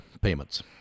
payments